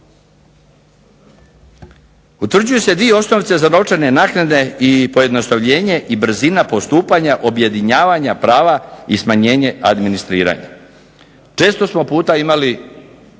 Utvrđuju se dvije osnovice za novčane naknade i pojednostavljenje i brzina postupanja objedinjavanja prava i smanjenje administriranja. Često smo puta imali